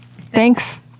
Thanks